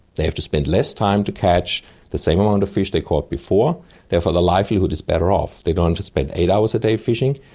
they have to spend less time to catch the same amount of fish they caught before therefore the livelihood is better off. they don't have to spend eight hours a day fishing,